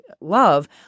love